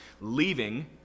leaving